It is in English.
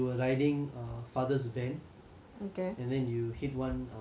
and then you hit one err Mercedes driver